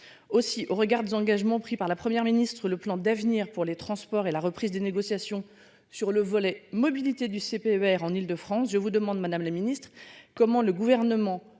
Aussi au regard des engagements pris par la Première ministre. Le plan d'avenir pour les transports et la reprise des négociations sur le volet mobilité du CPER en Île de France, je vous demande Madame la Ministre, comment le gouvernement